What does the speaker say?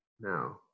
No